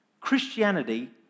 Christianity